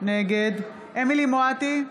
נגד אמילי חיה מואטי,